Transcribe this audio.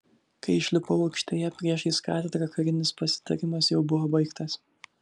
kai išlipau aikštėje priešais katedrą karinis pasitarimas jau buvo baigtas